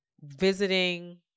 visiting